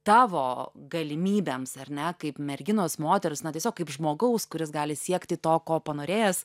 tavo galimybėms ar ne kaip merginos moters na tiesiog kaip žmogaus kuris gali siekti to ko panorėjęs